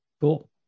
cool